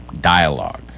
dialogue